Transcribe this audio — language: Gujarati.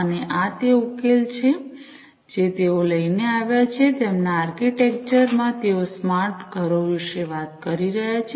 અને આ તે ઉકેલ છે જે તેઓ લઈને આવ્યા છે તેમના આર્કિટેક્ચર માં તેઓ સ્માર્ટ ઘરો વિશે વાત કરી રહ્યા છે